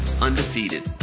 undefeated